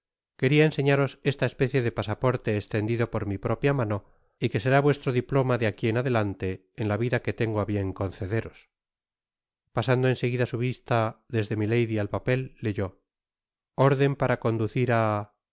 queria enseñaros esta especie de pasaporte estendido por mi propia mano y que será vuestro diploma de aqui en adelante en la vida que tengo a bien concederos pasando en seguida su vista desde milady al papel leyó orden para conducir á